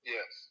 Yes